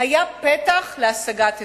היה פתח להשגת הסדר.